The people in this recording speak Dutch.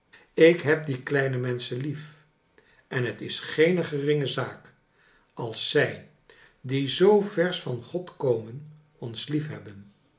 ik heb die kleine menschen lief en het is geene geringe zaak als zij die zoo versch van god komen ons liefhebben